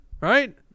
Right